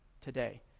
today